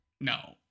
No